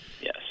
Yes